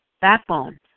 Backbone